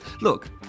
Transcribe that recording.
Look